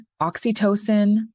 oxytocin